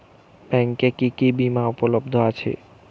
ব্যাংকে কি কি বিমা উপলব্ধ আছে?